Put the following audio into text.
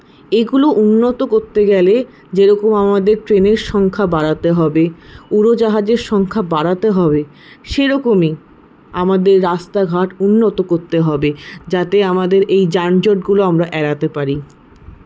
এগুলো উন্নত করতে গেলে যেরকম আমাদের ট্রেনের সংখ্যা বাড়াতে হবে উড়োজাহাজের সংখ্যা বাড়াতে হবে সেরকমই আমাদের রাস্তাঘাট উন্নত করতে হবে যাতে আমাদের এই যানজটগুলো আমরা এড়াতে পারি